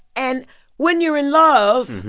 and when you're in love,